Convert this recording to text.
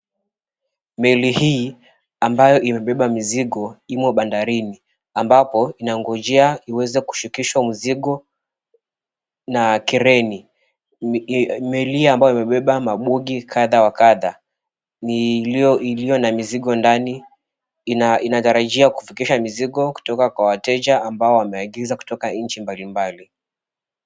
Meli hii ambayo imebeba mizigo imo bandarini ambapo inangojewa iweze kushukisha mzigo na kreni. Meli hii ambayo imebeba mabogi kadhaa wa kadhaa, ni iliyo na mizigo ndani inatarajia kufikisha mizigo kutoka kwa wateja ambao wameagizwa kutoka nchi mbalimbali.